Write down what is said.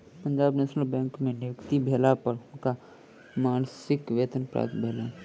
Punjab National Bank में नियुक्ति भेला पर हुनका मासिक वेतन प्राप्त भेलैन